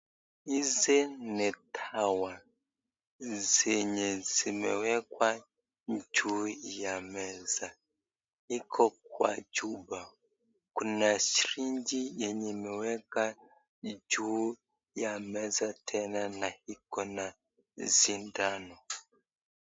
Hizi ni dawa zenye zimewekwa juu ya meza. Iko kwa chumba. Kuna siringi yenye imewekwa juu ya meza tena na iko na sindano.